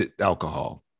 alcohol